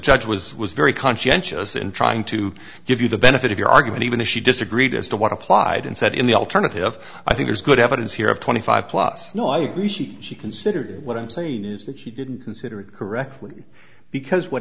judge was was very conscientious in trying to give you the benefit of your argument even if she disagreed as to what applied and said in the alternative i think there's good evidence here of twenty five plus no i agree she she considered what i'm saying is that she didn't consider it correctly because what